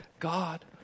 God